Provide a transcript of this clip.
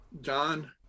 John